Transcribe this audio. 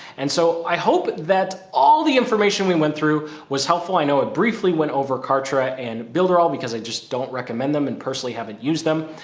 and so i hope that all the information we went through was helpful. i know it briefly went over kartra and builder all, because i just don't recommend them. and personally haven't used them,